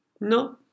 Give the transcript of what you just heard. No